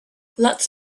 lots